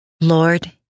Lord